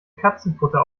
katzenfutter